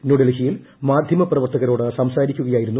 ന്യൂഡൽഹിയിൽ മാധ്യമപ്രവർത്തകരോട് സംസാരിക്കുകയായിരുന്നു അദ്ദേഹം